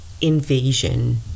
invasion